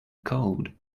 cold